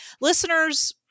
Listeners